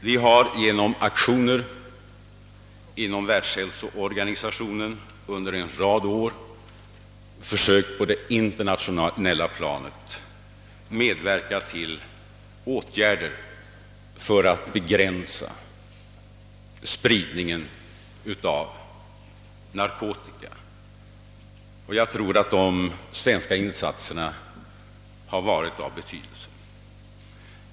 Vi har genom aktioner inom världshälsoorganisationen under en rad år försökt att på det internationella planet medverka till åtgärder för att begränsa spridningen av narkotika. Jag tror att de svenska insatserna har varit av betydelse.